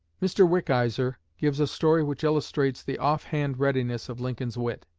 mr. wickizer gives a story which illustrates the off-hand readiness of lincoln's wit.